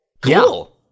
Cool